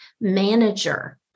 manager